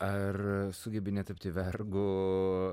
ar sugebi netapti vergu